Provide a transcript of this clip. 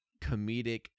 comedic